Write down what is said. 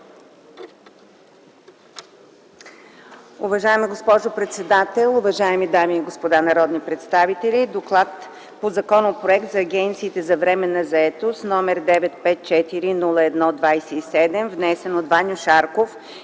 Уважаема госпожо председател, уважаеми дами и господа народни представители! „ДОКЛАД по Законопроект за агенциите за временна заетост, № 954-01-27, внесен от Ваньо Шарков